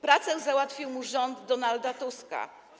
Pracę załatwił mu rząd Donalda Tuska.